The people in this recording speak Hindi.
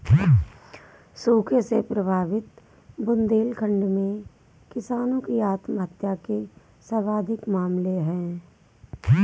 सूखे से प्रभावित बुंदेलखंड में किसानों की आत्महत्या के सर्वाधिक मामले है